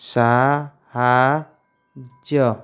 ସାହାଯ୍ୟ